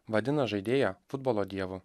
vadina žaidėją futbolo dievu